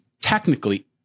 technically